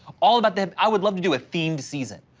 all about them, i would love to do a themed season.